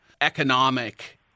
economic